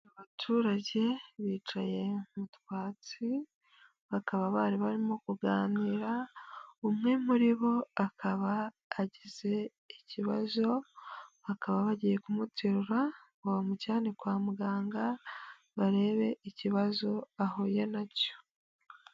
Abaturage bicaye mu twatsi, bakaba bari barimo kuganira, umwe muri bo akaba agize ikibazo, bakaba bagiye kumuterura ngo bamujyane kwa muganga, barebe ikibazo ahuye nacyo.